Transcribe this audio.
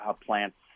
plants